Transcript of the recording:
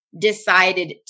decided